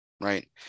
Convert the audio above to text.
right